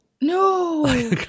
No